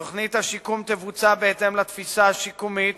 תוכנית השיקום תבוצע בהתאם לתפיסה השיקומית